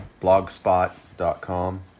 blogspot.com